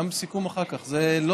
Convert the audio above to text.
בבקשה.